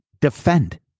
defend